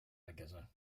magasin